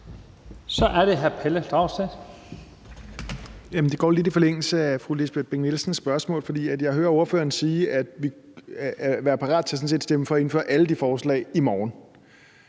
Dragsted (EL): Det er lidt i forlængelse af fru Lisbeth Bech-Nielsens spørgsmål, for jeg hører ordføreren sige, at man er parat til sådan set at stemme for at indføre alle de forslag i morgen.